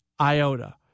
iota